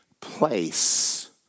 place